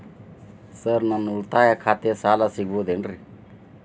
Sir ನನ್ನ ಉಳಿತಾಯ ಖಾತೆಯ ಸಾಲ ಸಿಗಬಹುದೇನ್ರಿ?